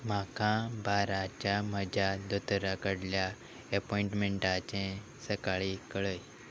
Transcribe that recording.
म्हाका बाराच्या म्हज्या दोतोरा कडल्या एपॉयटमेंटाचें सकाळीं कळय